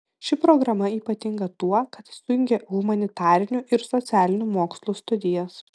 ši programa ypatinga tuo kad sujungia humanitarinių ir socialinių mokslų studijas